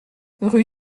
rue